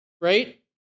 right